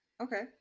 okay